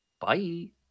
bye